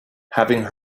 having